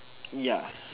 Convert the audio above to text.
ya